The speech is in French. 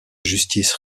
justice